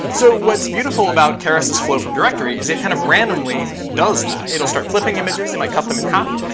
so what's beautiful about keras's flow from directory is it kind of randomly does that. it'll start flipping images. it might cut them in half.